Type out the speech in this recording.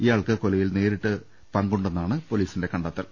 ഇയാൾ കൊലയിൽ നേരിട്ട് പങ്കെ ടുത്തുവെന്നാണ് പൊലീസിന്റെ കണ്ടെത്തൽ